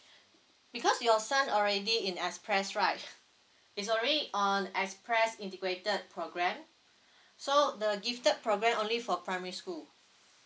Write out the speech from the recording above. because your son already in express right he's already on express integrated programme so the gifted programme only for primary school